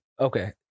okay